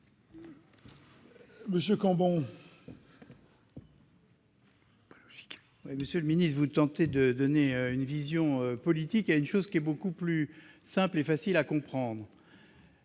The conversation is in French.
de vote. Monsieur le ministre, vous tentez de donner une vision politique d'une chose qui est beaucoup plus simple et facile à comprendre.